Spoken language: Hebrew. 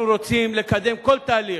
אנחנו רוצים לקדם כל תהליך,